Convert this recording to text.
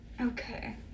Okay